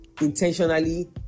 intentionally